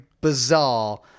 bizarre